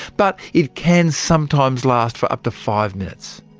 but it can sometimes last for up to five minutes.